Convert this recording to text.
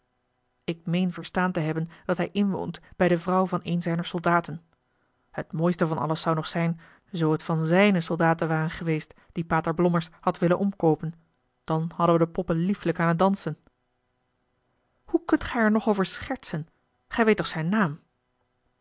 ik meen verstaan te hebben dat hij inwoont bij de vrouw van een zijner soldaten het mooiste van alles zou nog zijn zoo het van zijne soldaten waren geweest die pater blommers had willen omkoopen dan hadden we de poppen liefelijk aan t dansen hoe kunt gij er nog over schertsen gij weet toch zijn naam